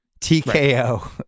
TKO